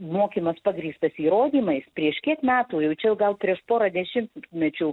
mokymas pagrįstas įrodymais prieš kiek metų jau čia jau gal prieš porą dešimtmečių